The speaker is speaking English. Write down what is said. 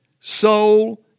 soul